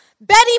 Betty